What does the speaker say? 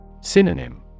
Synonym